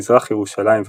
מזרח ירושלים,